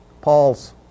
Paul's